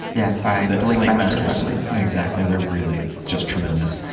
yeah, by but blake masters, i believe. exactly. they're really just tremendous.